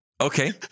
Okay